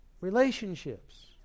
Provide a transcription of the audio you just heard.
relationships